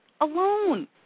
alone